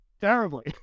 Terribly